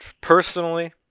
personally